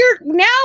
now